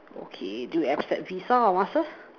okay do you accept visa or master